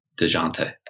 DeJounte